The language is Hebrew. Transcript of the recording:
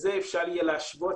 בזה אפשר יהיה להשוות